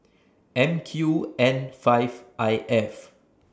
M Q N five I F